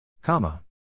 Comma